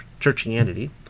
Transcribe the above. Christianity